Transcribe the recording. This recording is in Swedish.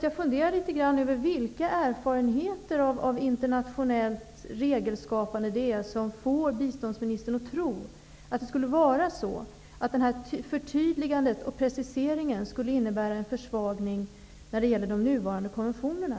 Jag funderar litet över vilka erfarenheter av internationellt regelskapande det är som får biståndsministern att tro att ett förtydligande och preciserande skulle innebära en försvagning när det gäller de nuvarande konventionerna.